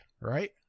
right